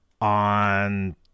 on